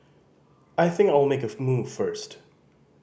I think I will make a move first